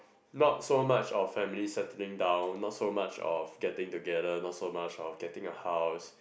not so much of family settling down not so much of getting together not so much of getting a house